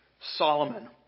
Solomon